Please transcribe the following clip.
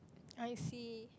I see